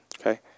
Okay